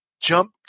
jump